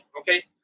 okay